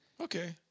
Okay